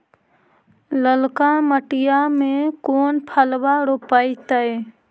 ललका मटीया मे कोन फलबा रोपयतय?